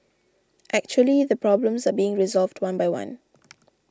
actually the problems are being resolved one by one